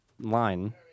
line